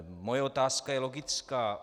Moje otázka je logická.